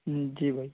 जी भैया